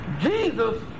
Jesus